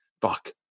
fuck